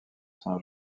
saint